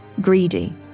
greedy